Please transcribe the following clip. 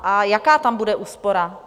A jaká tam bude úspora?